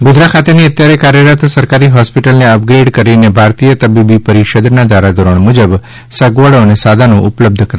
ગોધરા ખાતેની અત્યારે કાર્યરત સરકારી હોસ્પિટલને અપગ્રેડ કરીને ભારતીય તબીબી પરિષદના ધારાધોરણો મુજબ સગવડો અને સાધનો ઉપલબ્ધ કરાવાશે